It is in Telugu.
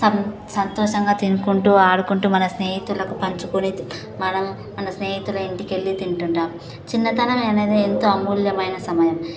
సం సంతోషంగా తినుకుంటూ ఆడుకుంటూ మన స్నేహితులకు పంచుకొని మనం మన స్నేహితుల ఇంటికెళ్ళి తింటుంటాం చిన్నతనం అనేది ఎంతో అమూల్యమైన సమయం